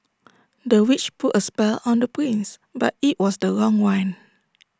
the witch put A spell on the prince but IT was the wrong one